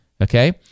okay